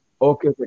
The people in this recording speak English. okay